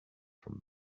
from